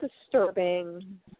disturbing